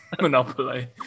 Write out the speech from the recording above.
Monopoly